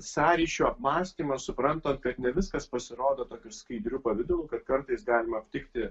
sąryšio apmąstymas suprantant kad ne viskas pasirodo tokiu skaidriu pavidalu kad kartais galima aptikti